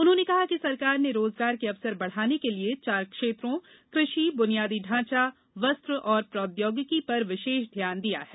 उन्होंने कहा कि सरकार ने रोजगार के अवसर बढ़ाने के लिये चार क्षेत्रों कृषि बुनियादी ढांचा वस्त्र और प्रौद्योगिकी पर विशेष ध्यान दिया गया है